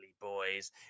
boys